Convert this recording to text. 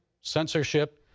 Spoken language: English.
censorship